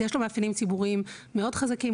יש לו מאפיינים ציבוריים מאוד חזקים,